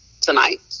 tonight